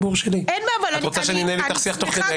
את רוצה שאני אנהל איתך שיח תוך כדי,